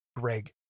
Greg